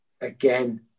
again